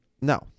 No